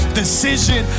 decision